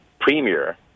premier